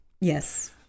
Yes